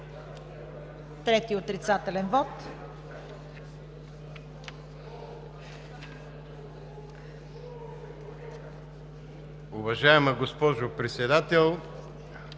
трети отрицателен вот.